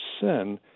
sin